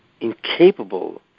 incapable